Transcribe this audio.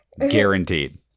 guaranteed